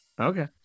Okay